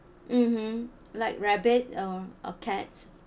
mmhmm like rabbit or a cat